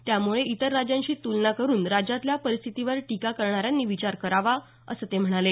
त्यामुळे इतर राज्यांशी तुलना करुन राज्यातल्या परिस्थितीवर टीका करणाऱ्यांनी विचार करावा असं ते म्हणाले